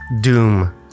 Doom